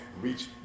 reach